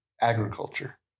agriculture